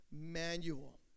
manual